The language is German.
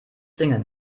singen